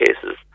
cases